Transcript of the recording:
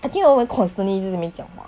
I think 我们 constantly 一直在那边讲话